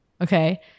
okay